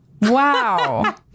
Wow